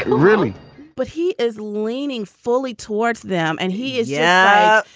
really but he is leaning fully towards them. and he is. yeah.